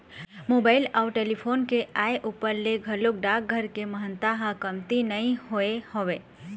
mobile अउ telephone के आय ऊपर ले घलोक डाकघर के महत्ता ह कमती नइ होय हवय